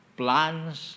plans